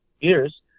years